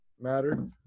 matter